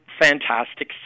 fantastic